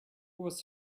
was